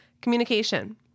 communication